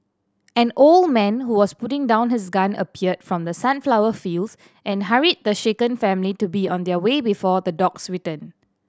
an old man who was putting down his gun appeared from the sunflower fields and hurried the shaken family to be on their way before the dogs return